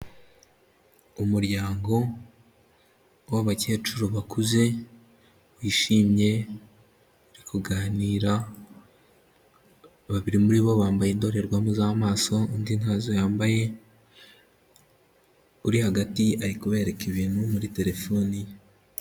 Umuryango w'abakecuru bakuze wishimiye uri kuganira, babiri muri bo bambaye indorerwamo z'amaso undi ntazo yambaye; uri hagati ari kubereka ibintu muri telefone ye.